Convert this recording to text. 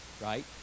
right